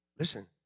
Listen